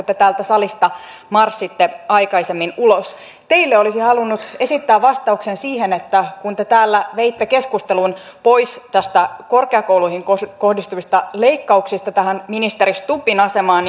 te täältä salista marssitte aikaisemmin ulos teille olisin halunnut esittää vastauksen liittyen siihen kun te täällä veitte keskustelun pois näistä korkeakouluihin kohdistuvista leikkauksista tähän ministeri stubbin asemaan